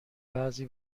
بعضی